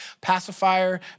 pacifier